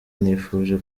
nifuje